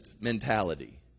mentality